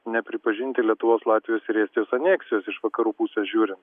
nepripažinti lietuvos latvijos ir estijos aneksijos iš vakarų pusės žiūrint